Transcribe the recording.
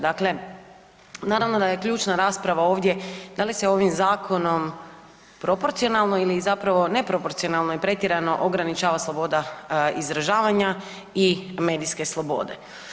Dakle, naravno da je ključna rasprava ovdje da li se ovim zakonom proporcionalno ili zapravo neproporcionalno i pretjerano ograničava sloboda izražavanja i medijske slobode.